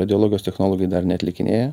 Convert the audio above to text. radiologijos technologai dar neatlikinėja